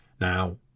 Now